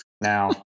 now